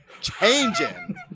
changing